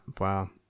Wow